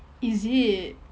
is it